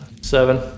seven